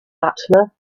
butler